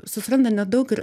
susiranda nedaug ir